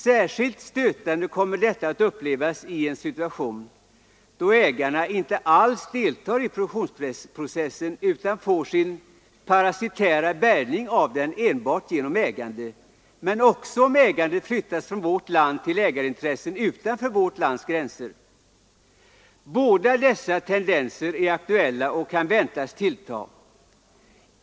Särskilt stötande kommer detta att upplevas i en situation då ägarna inte alls deltar i produktionsprocessen, utan får sin parasitära bärgning av den 'enbart genom ägande, men också om ägandet flyttas från vårt land till ägarintressen utanför vårt lands gränser. Båda dessa tendenser är aktuella och kan väntas tillta.